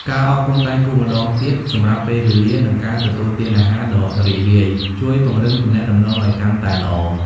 ការអរគុណដៃគូម្ដងទៀតសម្រាប់ពេលវេលា និងការទទួលទានអាហារដ៏រីករាយ ជួយពង្រឹងទំនាក់ទំនងឱ្យកាន់តែល្អ។